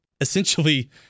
essentially